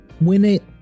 win-it